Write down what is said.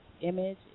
image